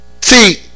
See